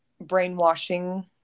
brainwashing